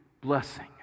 blessing